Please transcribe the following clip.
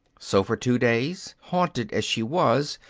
so for two days, haunted, as she was,